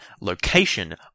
location